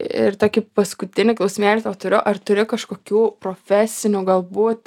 ir tokį paskutinį klausimėlį tau turiu ar turi kažkokių profesinių gal būt